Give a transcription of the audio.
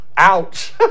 Ouch